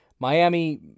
Miami